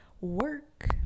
work